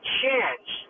chance